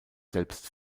selbst